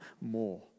more